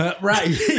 Right